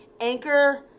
Anchor